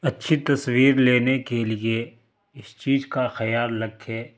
اچھی تصویر لینے کے لیے اس چیز کا خیال رکھے